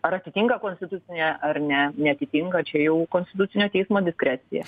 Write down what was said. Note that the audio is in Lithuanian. ar atitinka konstitucinį ar ne neatitinka čia jau konstitucinio teismo diskrecija